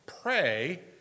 pray